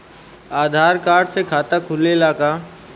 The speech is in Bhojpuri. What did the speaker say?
आधार कार्ड से खाता खुले ला का?